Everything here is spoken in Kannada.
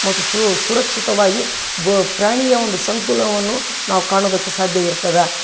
ಮತ್ತು ಸುರಕ್ಷಿತವಾಗಿ ಬ ಪ್ರಾಣಿಯ ಒಂದು ಸಂಕುಲವನ್ನು ನಾವು ಕಾಣೋದಕ್ಕೆ ಸಾಧ್ಯ ಇರ್ತದೆ